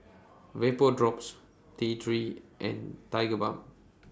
Vapodrops T three and Tigerbalm